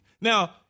Now